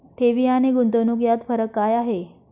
ठेवी आणि गुंतवणूक यात फरक काय आहे?